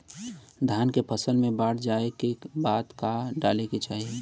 धान के फ़सल मे बाढ़ जाऐं के बाद का डाले के चाही?